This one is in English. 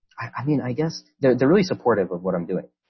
i mean, i guess they're really supportive of what i'm doing.